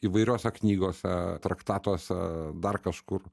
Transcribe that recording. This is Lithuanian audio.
įvairiose knygose traktatuose dar kažkur